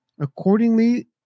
Accordingly